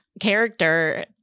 character